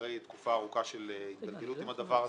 אחרי תקופה ארוכה של התגלגלות עם הדבר הזה,